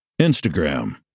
Instagram